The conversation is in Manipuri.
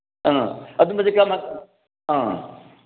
ꯑ ꯑꯗꯨꯝꯕꯗꯤ ꯀꯔꯝꯃꯥꯏ ꯑ